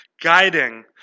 guiding